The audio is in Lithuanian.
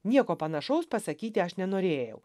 nieko panašaus pasakyti aš nenorėjau